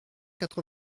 quatre